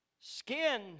skin